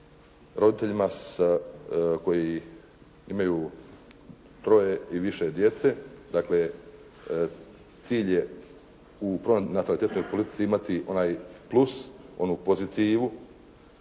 roditeljima koji imaju troje i više djece, dakle cilj je u pronatalitetnoj politici imati onaj plus, onu pozitivu